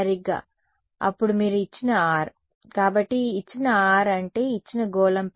సరిగ్గా అప్పుడు మీరు ఇచ్చిన r కాబట్టి ఇచ్చిన r అంటే ఇచ్చిన గోళంపై